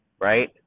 right